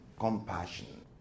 Compassion